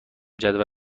جدول